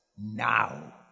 now